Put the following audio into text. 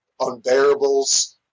unbearables